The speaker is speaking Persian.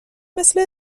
مثل